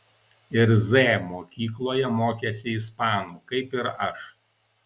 ir z mokykloje mokėsi ispanų kaip ir aš